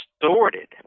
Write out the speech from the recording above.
distorted